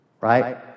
right